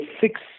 six